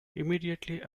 immediately